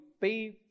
pay